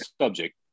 subject